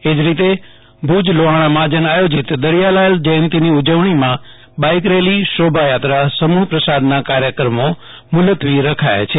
એજ રીતે ભુજ લોહાણા મહાજન આયોજીત દરિયાલાલ જયંતીની ઉજવણીમાં બાઈક રેલીશોભાયાત્રા સમુહ પ્રસાદના કાર્યક્રમો મુલતવી રાખ્યા છે